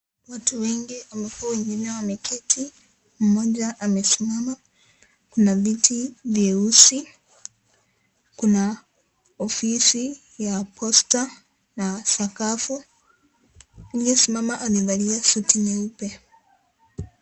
Watu wengi ambao wengine wameketi mmoja amesimama kuna viti vyeusi kuna ofisi ya posta na sakafu aliyesimama amevalia suti nyeupe.